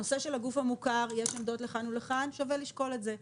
בנושא של הגוף המוכר יש עמדות לכאן ולכאן ושווה לשקול את זה.